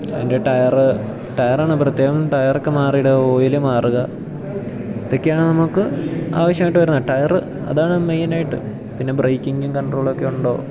അതിൻ്റെ ടയറ് ടയറാണ് പ്രത്യേകം ടയറൊക്കെ മാറി ഇടുക ഓയില് മാറുക ഇതൊക്കെയാണ് നമുക്ക് ആവശ്യമായിട്ട് വരുന്ന ടയറ് അതാണ് മെയിനായിട്ട് പിന്നെ ബ്രേക്കിങ്ങും കൺട്രോളൊക്കെ ഉണ്ടോ